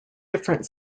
different